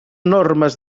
normes